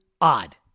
odd